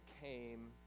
came